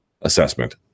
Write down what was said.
assessment